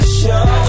show